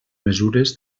mesures